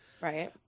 right